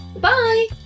bye